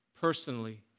personally